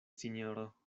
sinjoro